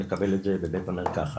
מקבל את זה בבית המרקחת,